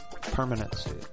permanency